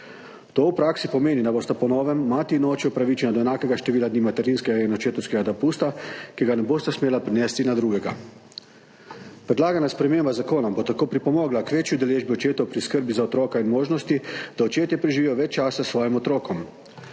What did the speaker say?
To v praksi pomeni, da bosta po novem mati in oče upravičena do enakega števila dni materinskega in očetovskega dopusta, ki ga ne bosta smela prenesti na drugega. Predlagana sprememba zakona bo tako pripomogla k večji udeležbi očetov pri skrbi za otroka in možnosti, da očetje preživijo več časa svojim otrokom.